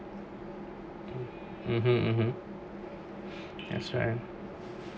(uh huh) that's right